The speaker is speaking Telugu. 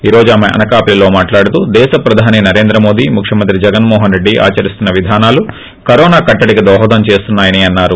ఈ రోజు ఆమె అనకాపల్లిలో మాట్లాడుతూ దేశ ప్రధాని నరేంద్ర మోదీ ముఖ్యమంత్రి జగన్మోహన్ రెడ్డి ఆచరిస్తున్న విధానాలు కరోనా కట్లడికి దోహదం చేస్తున్నాయని అన్నారు